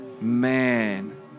Man